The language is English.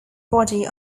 body